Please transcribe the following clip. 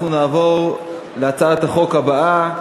אנחנו נעבור להצעת החוק הבאה: